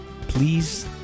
please